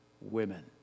women